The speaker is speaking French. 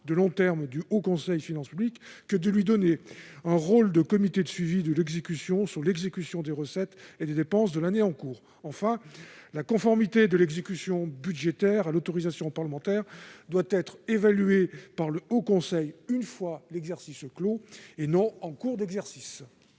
à long terme du Haut Conseil des finances publiques que de lui donner un rôle de comité de suivi de l'exécution des recettes et des dépenses de l'année en cours. Enfin, la conformité de l'exécution budgétaire à l'autorisation parlementaire doit être évaluée par le Haut Conseil une fois l'exercice clos, et non en cours d'exercice.